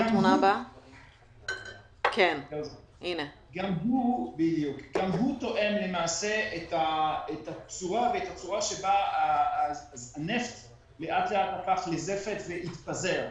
גם הוא תואם למעשה את הצורה שבה הנפט לאט לאט הפך לזפת והתפזר.